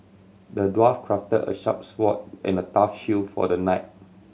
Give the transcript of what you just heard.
the dwarf crafted a sharp sword and a tough shield for the knight